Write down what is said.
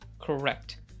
Correct